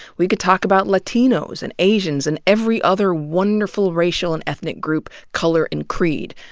we could talk about latinos and asians and every other wonderful racial and ethnic group, color and creed.